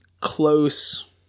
close